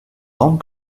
grande